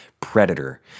predator